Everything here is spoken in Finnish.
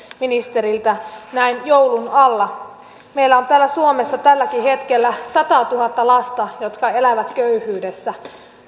ministeriltä näin joulun alla meillä on täällä suomessa tälläkin hetkellä satatuhatta lasta jotka elävät köyhyydessä